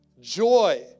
joy